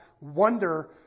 wonder